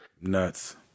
Nuts